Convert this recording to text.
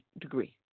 degree